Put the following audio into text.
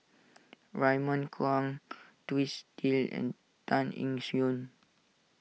Raymond Kang Twisstii and Tan Eng